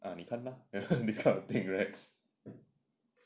ah 你看 lah ah this kind of thing right